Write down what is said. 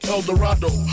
Eldorado